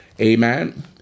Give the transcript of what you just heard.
amen